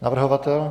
Navrhovatel?